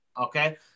Okay